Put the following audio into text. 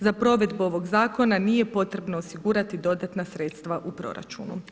Za provedbu ovog zakona nije potrebno osigurati dodatna sredstva u proračunu.